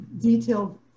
detailed